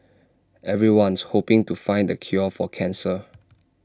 everyone's hoping to find the cure for cancer